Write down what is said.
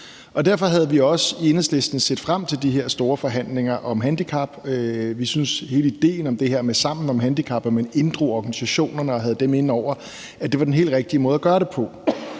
Derfor havde vi i Enhedslisten også set frem til de her store forhandlinger om handicapområdet. Vi synes, at hele idéen om det her med Sammen om handicap, hvor man inddrog organisationerne og havde dem inde over, var den helt rigtige måde at gøre det på.